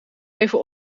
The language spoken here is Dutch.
even